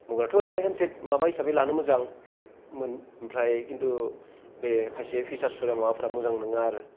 मबाइलाथ' ओरैनो हेनसेड माबा हिसाबै लानो मोजांमोन ओमफ्राय खिन्थु बे खायसे फिसारसफोरा माबाफोरा मोजां नङा आरो